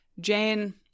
Jane